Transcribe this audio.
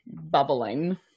bubbling